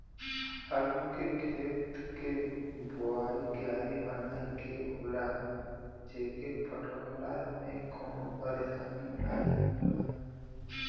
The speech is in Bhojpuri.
आलू के खेत के बोवाइ क्यारी बनाई के होला जेसे पटवला में कवनो परेशानी नाहीम होला